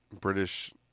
british